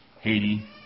Haiti